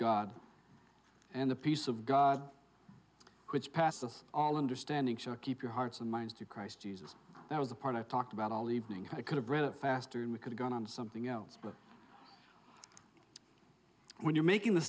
god and the peace of god which passes all understanding shall keep your hearts and minds to christ jesus that was the part i talked about all evening i could have read it faster and we could go on on something else but when you're making the